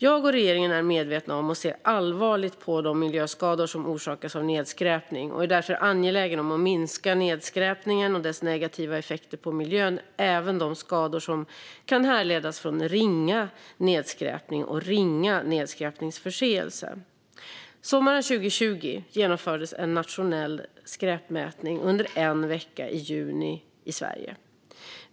Jag och regeringen är medvetna om och ser allvarligt på de miljöskador som orsakas av nedskräpning och är därför angelägna om att minska nedskräpningen och dess negativa effekter på miljön. Det gäller även de skador som kan härledas från ringa nedskräpning och ringa nedskräpningsförseelse. Sommaren 2020 genomfördes en nationell skräpmätning under en vecka i juni i Sverige.